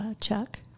Chuck